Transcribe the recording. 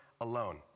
alone